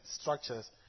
structures